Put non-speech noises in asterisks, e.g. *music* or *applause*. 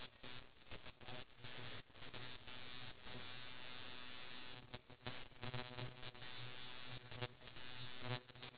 you wait you were like gonna wait for me at the seat and then I was expecting you to call out like shout my name but then you didn't *laughs*